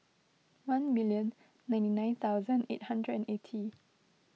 one million ninety nine thousand eight hundred and eighty